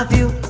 you